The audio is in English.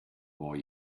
more